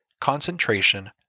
concentration